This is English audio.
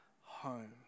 home